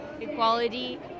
equality